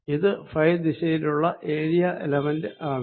ഇത് ഫൈ ദിശയിലുള്ള ഏരിയ ആണ്